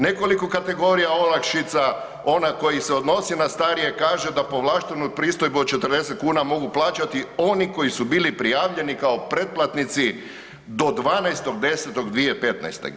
Nekoliko kategorija olakšica, ona koja se odnosi na starije kaže da povlaštenu pristojbu od 40 kn mogu plaćati oni koji su bili prijavljeni kao pretplatnici do 12.10.2015.